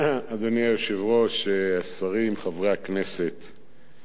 אדוני היושב-ראש, השרים, חברי הכנסת,